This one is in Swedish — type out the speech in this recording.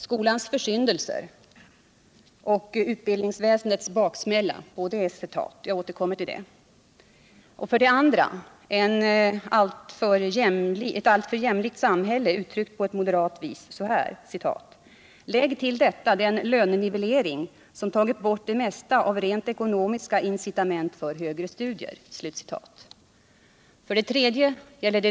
”Skolans försyndelser” och ”utbildningsväsendets baksmälla”. Jag återkommer till det. 2. Ett alltför jämlikt samhälle uttryckt på moderat vis: ”Lägg till detta lönenivelleringen, som tagit bort det mesta av rent ekonomiska incitament för högre studier”. 3.